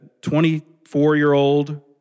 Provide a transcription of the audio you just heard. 24-year-old